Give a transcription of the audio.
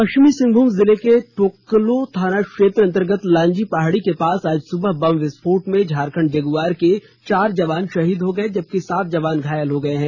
पश्चिमी सिंहभूम जिले के टोकलो थाना क्षेत्र अंतर्गत लांजी पहाड़ी के पास आज सुबह बम विस्फोट में झारखंड जगुआर के चार जवान शहीद हो गए जबकि सात जवान घायल हो गये हैं